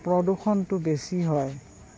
প্ৰদূষণটো বেছি হয়